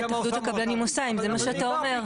התאחדות הקבלנים עושה אם זה מה שאתה אומר.